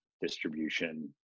distribution